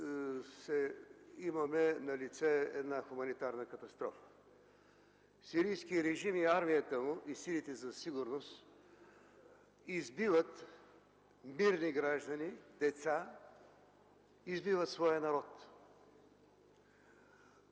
имаме налице хуманитарна катастрофа. Сирийският режим, армията и силите за сигурност избиват мирни граждани, деца, избиват своя